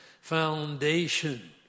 foundation